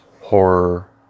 horror